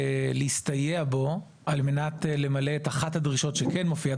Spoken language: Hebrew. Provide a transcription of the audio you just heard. להסתייע בו על מנת למלא את אחת הדרישות שכן מופיעה,